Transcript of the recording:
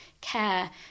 care